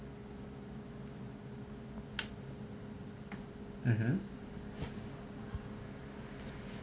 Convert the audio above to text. mmhmm